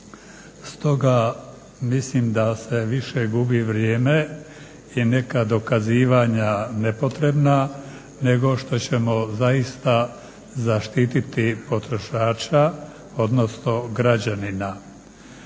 Stoga mislim da se više gubi vrijeme i neka dokazivanja nepotrebna nego što ćemo zaista zaštititi potrošača, odnosno građanina.